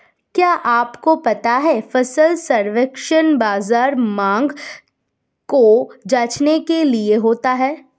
क्या आपको पता है फसल सर्वेक्षण बाज़ार मांग को जांचने के लिए होता है?